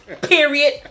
period